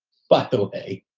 but they.